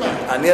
זה,